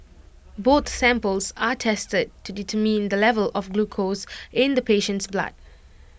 both samples are tested to determine the level of glucose in the patient's blood